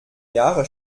jahre